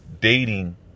dating